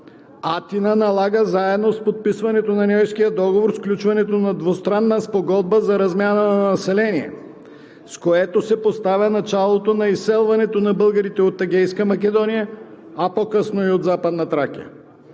Атина налага, заедно с подписването на Ньойския договор, сключването на двустранна спогодба за размяна на население, с което се поставя началото на изселването на българите от Егейска Македония, а по късно и от Западна Тракия.